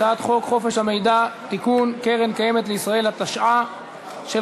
החוק הזה בא לראות את מקום העבודה כמקום